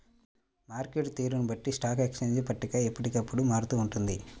market తీరును బట్టి stock exchange పట్టిక ఎప్పటికప్పుడు మారుతూ ఉంటుంది